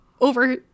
over